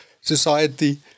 society